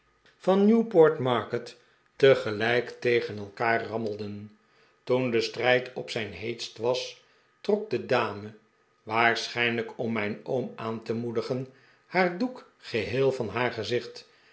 van newport market tegelijk tegen elkaar rammelden toen de strijd op zijn heetst was trok de dame waarschijnlijk om mijn oom aan te moedigen haar doek geheel van haar gezicht